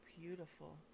beautiful